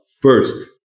first